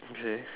okay